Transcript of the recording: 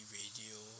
radio